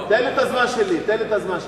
תן לו את הזמן שלי, תן לו את הזמן שלי.